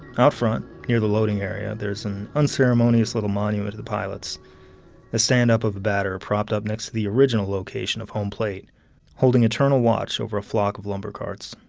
out front, near the loading area, there's an unceremonious little monument to the pilots a standup of a batter propped up next to the original location of home plate holding eternal watch over a flock of lumber carts.